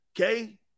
Okay